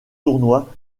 tournoi